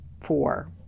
four